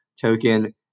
token